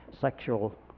sexual